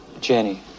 Jenny